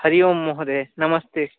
हरिः ओं महोदयः नमस्ते